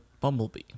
Bumblebee